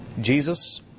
Jesus